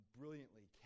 brilliantly